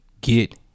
get